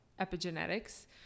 epigenetics